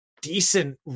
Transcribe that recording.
decent